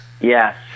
Yes